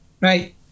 right